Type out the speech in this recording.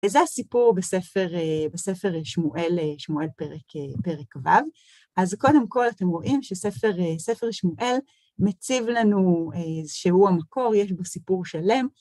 וזה הסיפור בספר שמואל, שמואל פרק טו. אז קודם כל אתם רואים שספר שמואל מציב לנו שהוא המקור, יש בו סיפור שלם.